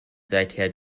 seither